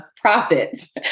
profits